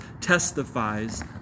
testifies